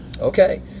Okay